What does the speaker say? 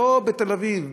לא בתל-אביב,